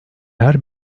her